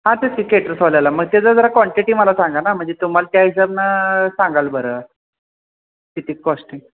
हां ते सिकेटर्सवाल्याला मग त्याचं जरा क्वांटिटी मला सांगा ना म्हणजे तुम्हाला त्या हिसाबनं सांगायला बरं किती कॉस्टिंग